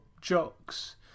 jocks